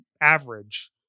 average